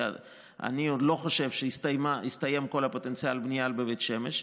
כי אני עוד לא חושב שהסתיים כל פוטנציאל הבנייה בבית שמש,